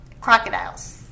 crocodiles